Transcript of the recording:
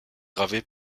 gravé